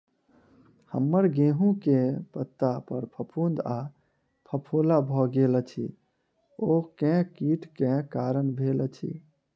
हम्मर गेंहूँ केँ पत्ता पर फफूंद आ फफोला भऽ गेल अछि, ओ केँ कीट केँ कारण भेल अछि?